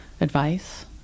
advice